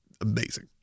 amazing